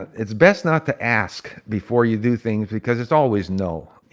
and it's best not to ask before you do things because it's always, no.